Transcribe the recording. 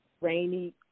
rainy